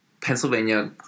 Pennsylvania